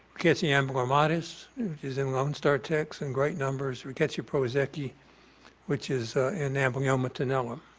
rickettsia amblyommatis, which is in lone star ticks and great numbers, rickettsia prowazekii which is in amblyomma tenellum.